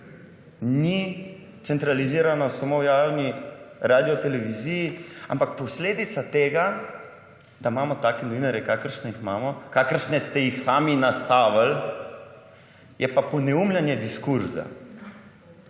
Ni centralizirano samo v javni radioteleviziji. Ampak posledica tega, da imamo take novinarje, kakršne imamo, kakršne ste sami nastavili, je pa poneumljanje diskurza.